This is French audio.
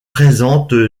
présentent